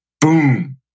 boom